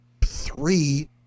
three